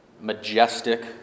majestic